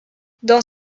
dans